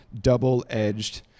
double-edged